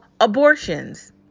abortions